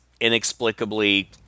inexplicably